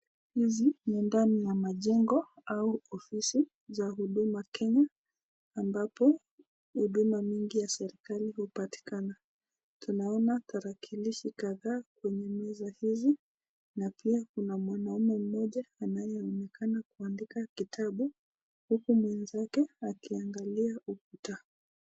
Hizi ni ndani ya majengo au ofisi za Huduma Kenya ambapo huduma nyingi ya serikali hupatikana. Tunaona tarakilishi kadhaa kwenye meza hizi na pia kuna mwanaume mmoja anayeonekana kuandika kitabu huku mwenzake akiangalia ukuta.